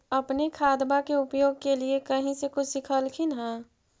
अपने खादबा के उपयोग के लीये कही से कुछ सिखलखिन हाँ?